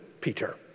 Peter